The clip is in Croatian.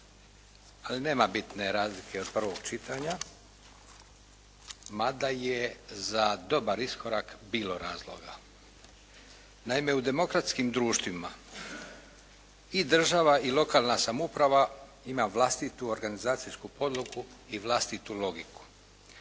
Ali nema bitne razlike od prvog čitanja, mada je za dobar iskorak bilo razloga. Naime, u demokratskim društvima i država i lokalna samouprava ima vlastitu organizacijsku podlogu i vlastitu logiku.